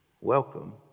Welcome